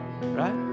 right